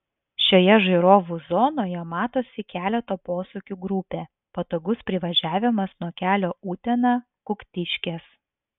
šioje žiūrovų zonoje matosi keleto posūkių grupė patogus privažiavimas nuo kelio utena kuktiškės